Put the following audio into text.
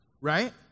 right